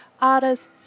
artists